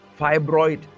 Fibroid